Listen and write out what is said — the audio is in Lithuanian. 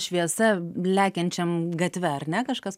šviesa lekiančiam gatve ar ne kažkas